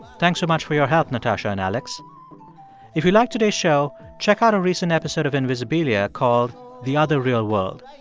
thanks so much for your help, natasha and alex if you liked today's show, check out a recent episode of invisibilia called the other real world.